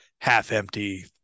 half-empty